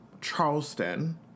Charleston